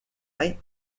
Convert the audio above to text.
bai